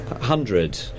Hundred